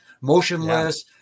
motionless